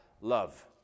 love